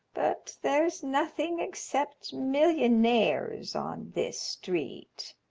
but there's nothing except millionaires on this street.